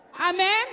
Amen